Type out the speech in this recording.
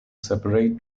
separate